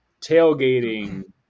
tailgating